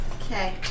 Okay